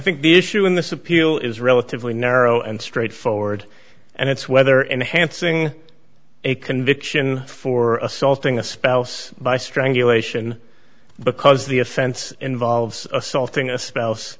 think the issue in this appeal is relatively narrow and straightforward and it's whether enhancing a conviction for assaulting a spouse by strangulation because the offense involves assaulting a spouse